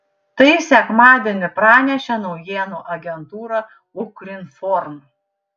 tai sekmadienį pranešė naujienų agentūra ukrinform